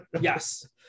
yes